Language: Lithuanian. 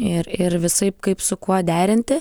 ir ir visaip kaip su kuo derinti